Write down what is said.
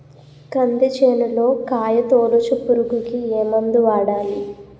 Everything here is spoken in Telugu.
కంది చేనులో కాయతోలుచు పురుగుకి ఏ మందు వాడాలి?